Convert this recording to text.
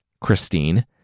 Christine